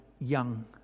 young